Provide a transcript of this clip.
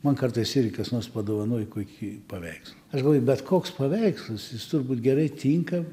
man kartais irgi kas nors padovanoja kokį paveiks aš galvoj bet koks paveikslas jis turi būt gerai tinka